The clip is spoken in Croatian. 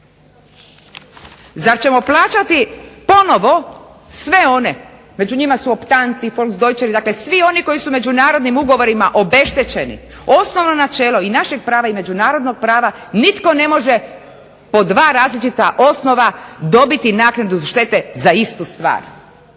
Zar ćemo plaćati ponovno sve one, među njima su oni ..., svi oni koji su međunarodnim ugovorima obeštećeni, osnovno načelo i našeg prava i međunarodnog prava nitko ne može po dva različita osnova dobiti naknadu štete za istu stvar.